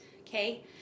okay